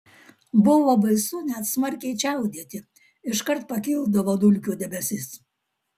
buvo baisu net smarkiai čiaudėti iškart pakildavo dulkių debesis